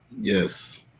Yes